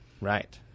Right